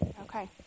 okay